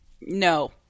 No